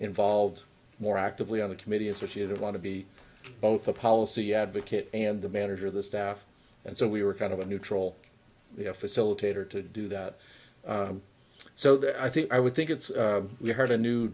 involved more actively on the committee associated want to be both a policy advocate and the manager of the staff and so we were kind of a neutral the a facilitator to do that so that i think i would think it's we heard a new